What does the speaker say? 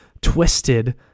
twisted